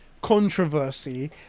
controversy